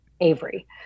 avery